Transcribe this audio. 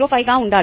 05 గా ఉండాలి